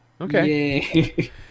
Okay